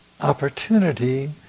opportunity